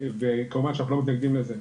וכמובן שאנחנו לא מתנגדים לזה,